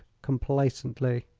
complacently.